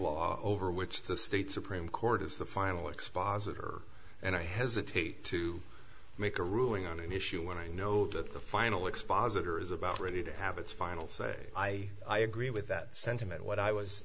law over which the state supreme court is the final expire and i hesitate to make a ruling on an issue when i know that the final exposure is about ready to have its final say i i agree with that sentiment what i was